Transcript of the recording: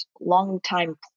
longtime